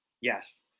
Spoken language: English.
Yes